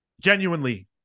Genuinely